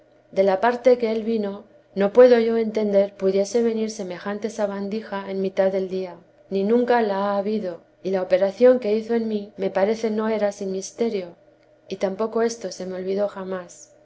de la parte que él vino no puedo yo entender pudiese haber semejante sabandija en mitad del día ni nunca la ha habido y la operación que hizo en mí me parece no era sin misterio y tampoco esto se me olvidó jamás